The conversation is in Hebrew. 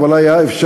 אבל היה אפשר,